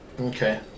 Okay